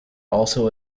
also